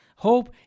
hope